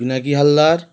Pinaki Haldar